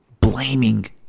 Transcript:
blaming